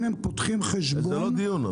אם הם פותחים חשבון --- זה לא הדיון.